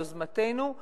ביוזמתנו,